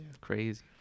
Crazy